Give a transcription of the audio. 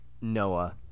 Noah